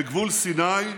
בגבול סיני,